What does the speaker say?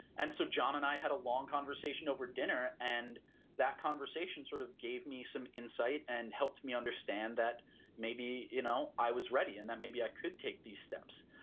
and so, john and i had a long conversation over dinner and that conversation sort of gave me some insight and helped me understand that maybe you know i was ready and maybe i could take these steps.